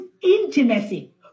intimacy